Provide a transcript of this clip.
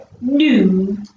New